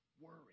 worry